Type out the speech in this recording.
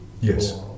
Yes